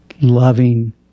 loving